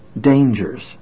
dangers